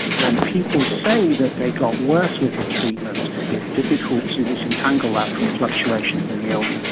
when people say that they got worse with the treatment it's difficult to disentangle that from fluctuation in the illness.